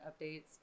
updates